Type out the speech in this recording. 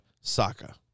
Saka